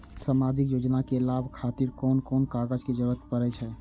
सामाजिक योजना के लाभक खातिर कोन कोन कागज के जरुरत परै छै?